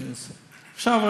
עכשיו,